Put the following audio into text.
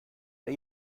der